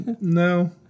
No